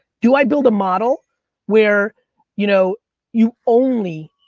do i build a model where you know you only.